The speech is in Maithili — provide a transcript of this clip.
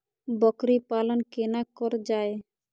बकरी पालन केना कर जाय?